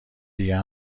دیگه